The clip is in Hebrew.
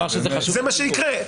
זה מה שיקרה.